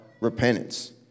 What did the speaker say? repentance